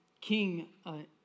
King